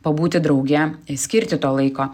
pabūti drauge skirti to laiko